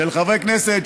של חברי כנסת,